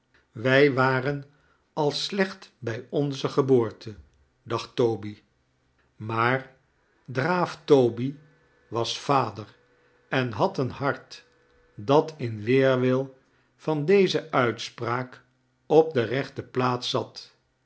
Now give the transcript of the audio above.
wij waren al slecht bij onze geboorte dacht toby maar draaf-toby was vader en had een hart dat in weerwil van deze uitspraak op de rechte plaats zat